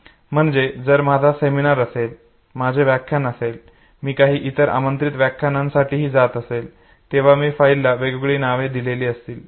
म्हणजे जर माझा सेमिनार असेल माझे व्याख्यान असेल मी काही इतर आमंत्रित व्याख्यानांसाठीही जात असेल तेंव्हा मी फाईलला वेगवेगळी नावे दिलेली असतील